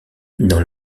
dans